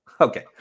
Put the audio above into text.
Okay